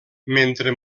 mentre